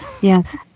Yes